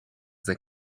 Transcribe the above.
the